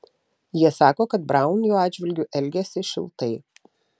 jie sako kad braun jo atžvilgiu elgėsi šiltai